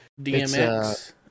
DMX